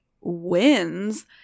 wins